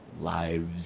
lives